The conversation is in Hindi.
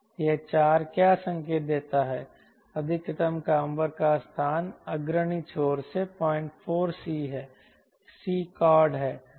यह 4 क्या संकेत देता है अधिकतम काम्बर का स्थान अग्रणी छोर से 04 c है c कॉर्ड है